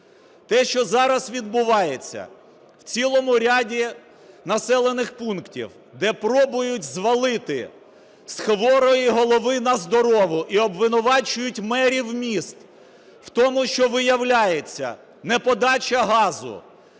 Те, що зараз відбувається в цілому ряді населених пунктів, де пробують звалити з хворої голови на здорову і обвинувачують мерів міст у тому, що, виявляється, неподача газу,